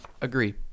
agree